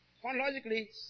Chronologically